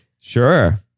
sure